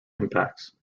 impacts